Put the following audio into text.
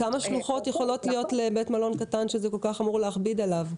כמה שלוחות יכולות להיות לבית מלון קטן שזה כל כך אמור להכביד עליו?